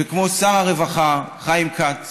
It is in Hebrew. וכמו שר הרווחה חיים כץ